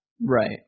Right